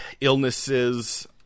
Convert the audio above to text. illnesses